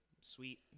Sweet